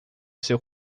seu